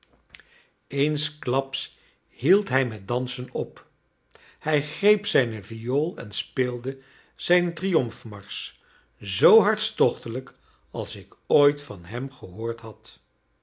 eensklaps hield hij met dansen op hij greep zijne viool en speelde zijn triomfmarsch zoo hartstochtelijk als ik ooit van hem gehoord had